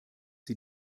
sie